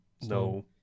No